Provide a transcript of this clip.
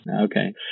Okay